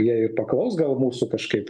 jie ir paklaus gal mūsų kažkaip